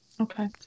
Okay